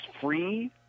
free